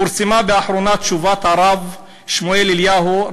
פורסמה באחרונה תשובת הרב שמואל אליהו,